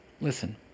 listen